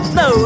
no